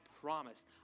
promise